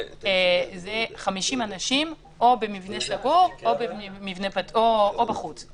זה 50 אנשים או במבנה סגור או מתחת לכיפת השמיים.